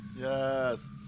Yes